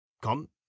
Come